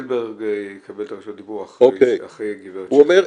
גלברג יקבל את רשות הדיבור אחרי גברת -- הוא אומר,